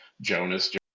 Jonas